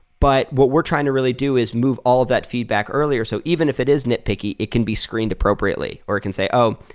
but what we're trying to really do is move all of that feedback earlier. so even if it is nitpicky, it can be screened appropriately or it can say, oh,